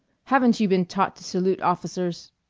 haven't you been taught to salute officers?